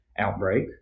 Outbreak